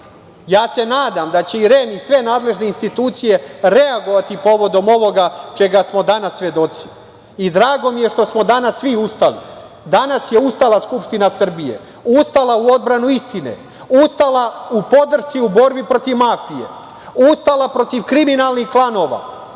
se nadam da će i REM i sve nadležne institucije reagovati povodom ovoga čega smo danas svedoci. Drago mi je što smo danas svi ustali. Danas je ustala Skupština Srbije, ustala u odbranu istine, ustala u podršci u borbi protiv mafije, ustala protiv kriminalnih klanova.